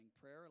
Prayer